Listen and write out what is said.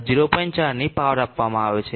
4 ની પાવર આપવામાં આવે છે